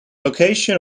location